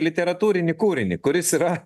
literatūrinį kūrinį kuris yra